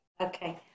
Okay